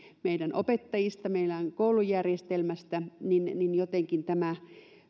meidän opettajistamme meidän koulujärjestelmästämme niin niin jotenkin tämän